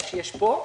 מה שיש פה,